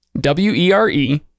w-e-r-e